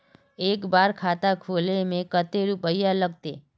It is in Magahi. एक बार खाता खोले में कते रुपया लगते?